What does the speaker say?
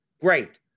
Great